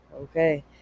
Okay